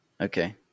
Okay